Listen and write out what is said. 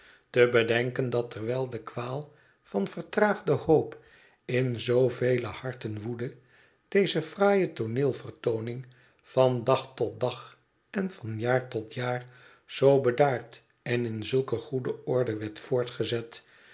te bedenken dat terwijl de kwaal van vertraagde hoop in zoovele harten woedde deze fraaie tooneelvertooning van dag tot dag en van jaar tot jaar zoo bedaard en in zulke goede orde werd voortgezet